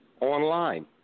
online